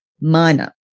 minor